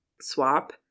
swap